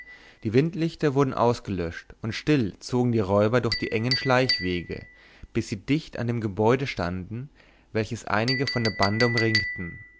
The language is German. die windlichter wurden ausgelöscht und still zogen die räuber durch die engen schleichwege bis sie dicht an dem gebäude standen welches einige von der bande umringten